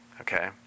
Okay